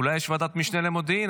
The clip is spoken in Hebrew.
אולי יש ועדת משנה למודיעין,